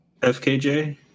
FKJ